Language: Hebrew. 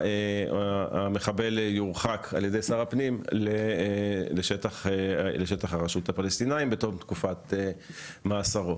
המחבל יורחק על ידי שר הפנים לשטח הרשות הפלסטינית בתום תקופת מאסרו.